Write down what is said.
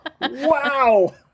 Wow